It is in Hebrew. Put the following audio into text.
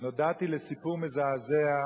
נודע לי סיפור מזעזע,